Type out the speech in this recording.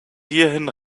hierhin